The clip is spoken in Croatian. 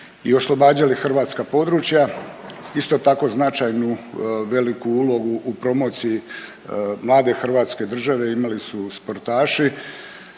i oslobađali hrvatska područja. Isto tako značajnu, veliku ulogu u promociji mlade hrvatske države imali su sportaši,